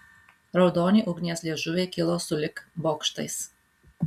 raudoni ugnies liežuviai kilo sulig bokštais